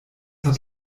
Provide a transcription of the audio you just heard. hat